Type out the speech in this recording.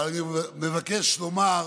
אבל אני מבקש לומר,